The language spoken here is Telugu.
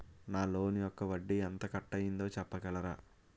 నా లోన్ యెక్క వడ్డీ ఎంత కట్ అయిందో చెప్పగలరా?